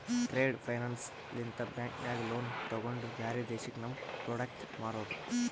trade finance ಲಿಂತ bank ನಾಗ್ loan ತೊಗೊಂಡು ಬ್ಯಾರೆ ದೇಶಕ್ಕ ನಮ್ ಪ್ರೋಡಕ್ಟ್ ಮಾರೋದು